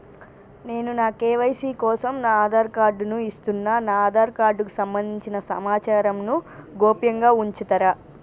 నేను నా కే.వై.సీ కోసం నా ఆధార్ కార్డు ను ఇస్తున్నా నా ఆధార్ కార్డుకు సంబంధించిన సమాచారంను గోప్యంగా ఉంచుతరా?